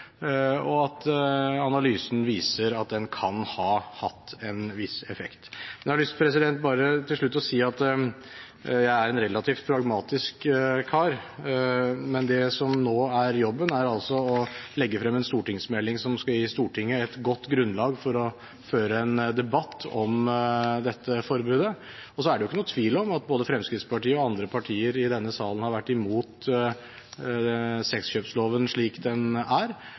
og analysen viser at den kan ha hatt en viss effekt. Jeg har til slutt bare lyst å si at jeg er en relativt pragmatisk kar, men det som nå er jobben, er å legge fram en stortingsmelding som skal gi Stortinget et godt grunnlag for å føre en debatt om dette forbudet. Det er ikke noen tvil om at både Fremskrittspartiet og andre partier i denne salen har vært imot sexkjøpsloven slik den er.